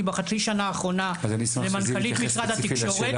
בחצי שנה האחרונה למנכ"לית משרד התקשורת.